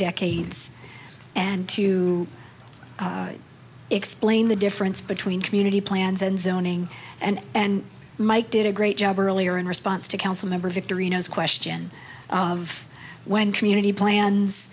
decades and to explain the difference between community plans and zoning and and mike did a great job or earlier in response to council member victory knows question of when community plans